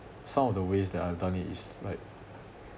some of the ways that I've done it is like